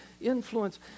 influence